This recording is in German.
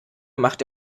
macht